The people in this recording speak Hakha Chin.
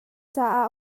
caah